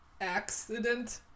Accident